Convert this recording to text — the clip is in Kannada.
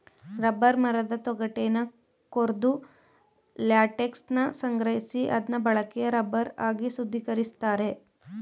ರಬ್ಬರ್ ಮರದ ತೊಗಟೆನ ಕೊರ್ದು ಲ್ಯಾಟೆಕ್ಸನ ಸಂಗ್ರಹಿಸಿ ಅದ್ನ ಬಳಕೆಯ ರಬ್ಬರ್ ಆಗಿ ಶುದ್ಧೀಕರಿಸ್ತಾರೆ